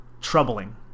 troubling